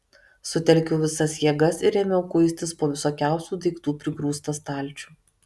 sutelkiau visas jėgas ir ėmiau kuistis po visokiausių daiktų prigrūstą stalčių